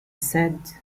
said